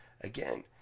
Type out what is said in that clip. again